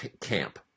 camp